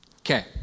Okay